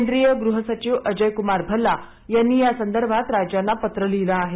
केंद्रीय गृह सचिव अजयकूनार भल्ला यांनी या संदर्भात राज्यांना पत्र लिहिल आहे